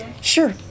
Sure